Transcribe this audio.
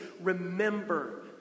remember